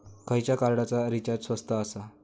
खयच्या कार्डचा रिचार्ज स्वस्त आसा?